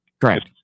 correct